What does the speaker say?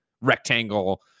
rectangle